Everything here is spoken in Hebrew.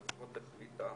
לפחות החליטה